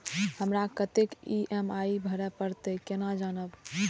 हमरा कतेक ई.एम.आई भरें परतें से केना जानब?